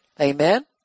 Amen